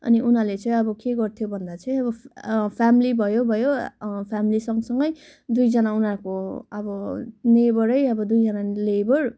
अनि उनीहरूले चाहिँ अब के गर्थ्यो भन्दा चाहिँ अब फेमेली भयो भयो फेमेलीसंँग सँगै दुईजना उनीहरूको अब नेबरै अब दुईजना नेबर